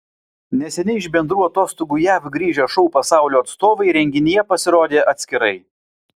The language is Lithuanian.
neseniai iš bendrų atostogų jav grįžę šou pasaulio atstovai renginyje pasirodė atskirai